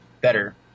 better